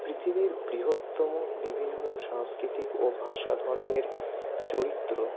পৃথিবীর বৃহত্তম বিভিন্ন সাংস্কৃতিক ও ভাষা ধর্মের চরিত্র